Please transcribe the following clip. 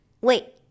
Wait